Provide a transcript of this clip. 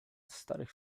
starych